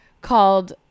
called